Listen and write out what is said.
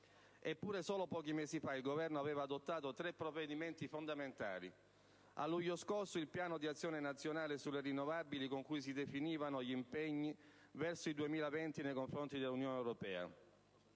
Eppure, solo pochi mesi fa il Governo aveva adottato tre provvedimenti fondamentali: a luglio scorso il Piano di azione nazionale sulle rinnovabili con cui si definivano gli impegni verso il 2020 nei confronti dell'Unione europea;